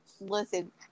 listen